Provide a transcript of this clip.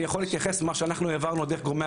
אני יכול להתייחס ממה שאנחנו עברנו דרך גורמי